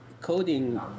coding